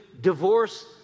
divorce